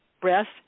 breast